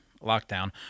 lockdown